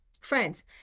friends